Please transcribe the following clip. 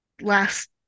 last